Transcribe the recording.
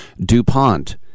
DuPont